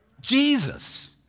Jesus